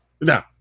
No